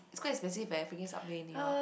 it's quite expensive eh freaking subway in New-York